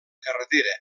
carretera